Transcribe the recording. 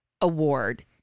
Award